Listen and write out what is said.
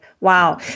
Wow